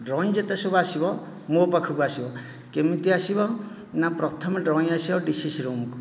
drawing ଯେତେସବୁ ଆସିବ ମୋ' ପାଖକୁ ଆସିବ କେମିତି ଆସିବ ନା ପ୍ରଥମେ ଡ୍ରଇଂ ଆସିବ ଡି ସି ସି ରୁମ୍କୁ